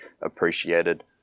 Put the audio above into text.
appreciated